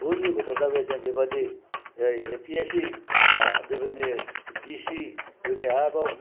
उननि गथ'फ्राबो जे बेबायदि ए पि एस सि बेबायदिनो डिसि बेबादिनो आरबाव